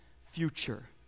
future